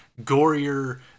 gorier